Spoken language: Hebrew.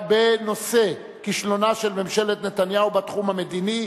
בנושא: כישלונה של ממשלת נתניהו בתחום המדיני,